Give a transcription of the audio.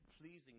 pleasing